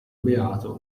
beato